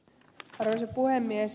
arvoisa puhemies